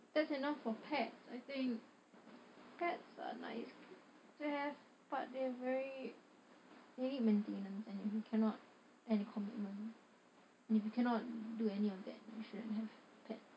that's enough for pets I think pets are nice to have but they are very they need maintenance and if you cannot and need commitment and if you cannot do any of that you shouldn't have pet